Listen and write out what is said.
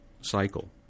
cycle